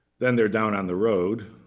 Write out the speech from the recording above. then they're down on the road,